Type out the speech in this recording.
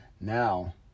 now